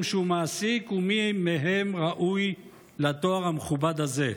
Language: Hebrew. שהוא מעסיק ומי מהם ראוי לתואר המכובד הזה.